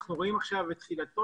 אנחנו רואים עכשיו את תחילתו,